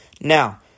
now